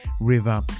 River